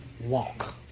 walk